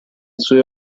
sue